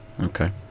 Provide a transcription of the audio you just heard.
Okay